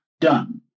done